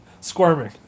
Squirming